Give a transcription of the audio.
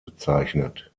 bezeichnet